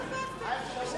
תבטלו.